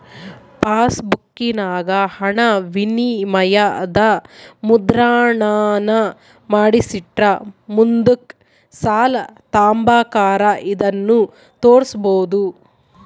ಪಾಸ್ಬುಕ್ಕಿನಾಗ ಹಣವಿನಿಮಯದ ಮುದ್ರಣಾನ ಮಾಡಿಸಿಟ್ರ ಮುಂದುಕ್ ಸಾಲ ತಾಂಬಕಾರ ಇದನ್ನು ತೋರ್ಸ್ಬೋದು